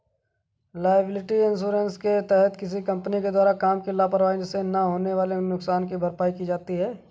liability insurance के तहत किसी कंपनी के द्वारा काम की लापरवाही से होने वाले नुकसान की भरपाई की जाती है